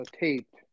taped